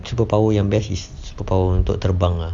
superpower yang best is superpower untuk terbang lah